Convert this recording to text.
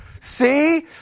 See